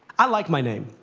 i like my name.